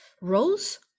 rose